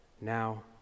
now